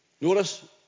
Notice